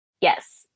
Yes